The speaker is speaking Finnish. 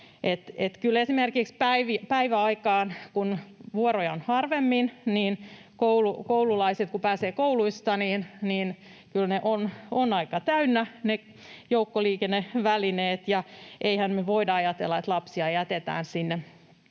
esimerkiksi päiväaikaan, kun vuoroja on harvemmin ja koululaiset pääsevät kouluista, ne joukkoliikennevälineet ovat aika täynnä, ja eihän me voida ajatella, että lapsia jätetään sinne